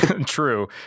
True